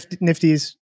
Nifty's